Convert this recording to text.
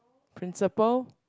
principal